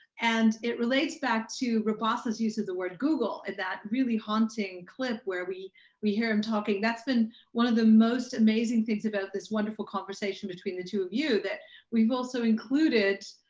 and it relates back to rabassa use of the word googol at that really haunting clip where we we hear him talking. that's been one of the most amazing things about this wonderful conversation between the two of you that we've also included.